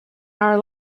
our